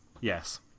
yes